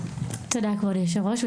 תודה כבוד יושב הראש,